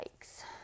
Yikes